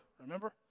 remember